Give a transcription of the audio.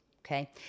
Okay